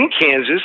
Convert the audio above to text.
Kansas